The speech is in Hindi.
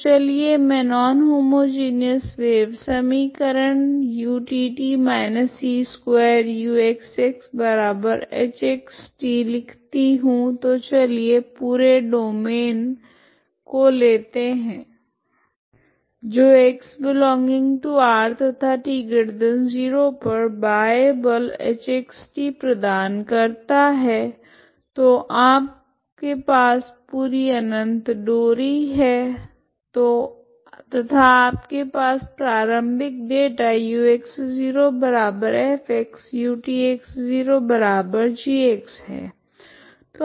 तो चलिए मैं नॉन होमोजिनिऔस वेव समीकरण utt−c2uxxhxt लिखती हूँ तो चलिए पूरे डोमैन को लेते है जो x ∈ R तथा t0 पर बाह्य बल hxt प्रदान करता है तो आपके पास पूरी अनंत डोरी है तथा आपके पास प्रारम्भिक data u x 0f ut x 0g है